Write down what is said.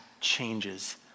changes